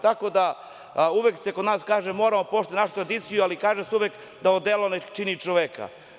Tako da, uvek se kod nas kaže moramo poštovati našu tradiciju, ali kaže se uvek da odelo ne čini čoveka.